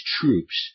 troops